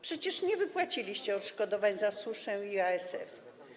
Przecież nie wypłaciliście odszkodowań za suszę i ASF.